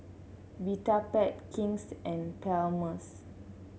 Vitapet King's and Palmer's